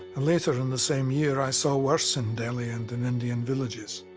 and later in the same year, i saw worse in delhi and in, indian villages.